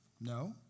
No